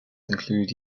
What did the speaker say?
include